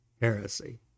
Heresy